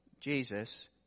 Jesus